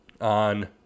on